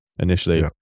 initially